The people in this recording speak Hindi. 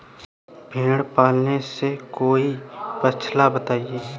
भेड़े पालने से कोई पक्षाला बताएं?